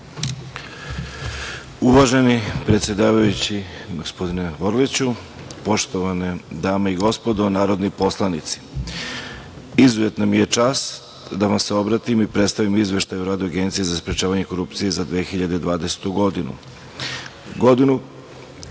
Uvaženi predsedavajući, gospodine Orliću, poštovane dame i gospodo narodni poslanici, izuzetna mi je čast da vam se obratim i predstavim izveštaj o radu Agencije za sprečavanje korupcije za 2020. godinu.